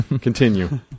continue